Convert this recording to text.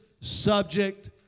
subject